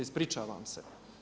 Ispričavam se.